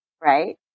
right